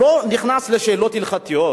לא ניכנס לשאלות הלכתיות,